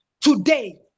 today